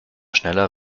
schneller